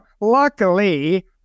luckily